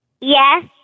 Yes